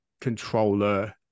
controller